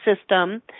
system